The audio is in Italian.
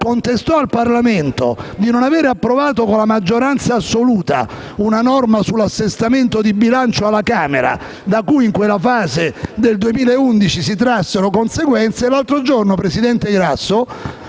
contestò al Parlamento di non aver approvato con la maggioranza assoluta, alla Camera, una norma sull'assestamento di bilancio da cui in quella fase, nel 2011, si trassero conseguenze mentre, l'altro giorno, presidente Grasso,